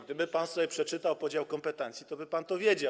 Gdyby pan sobie przeczytał podział kompetencji, toby pan wiedział.